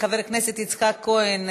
חבר הכנסת יצחק כהן,